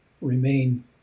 remain